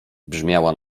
brzmiała